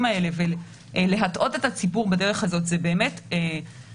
האלה ולהטעות את הציבור בדרך הזאת זה באמת מסוכן,